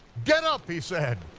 get up, he said,